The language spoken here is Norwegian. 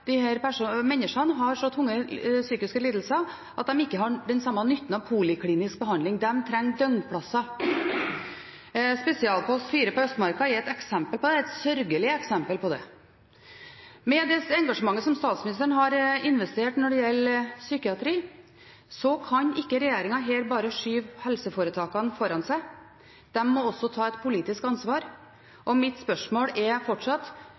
menneskene har så tunge psykiske lidelser at de ikke har den samme nytten av poliklinisk behandling, de trenger døgnplasser. Spesialpost 4 på Østmarka er et eksempel på dette – et sørgelig eksempel. Med det engasjementet som statsministeren har investert i psykiatri, kan ikke regjeringen her bare skyve helseforetakene foran seg. De må også ta et politisk ansvar. Mitt spørsmål er – fortsatt: